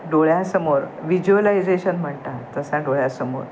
डोळ्यासमोर विज्युअलायजेशन म्हणतात तसा डोळ्यासमोर